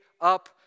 up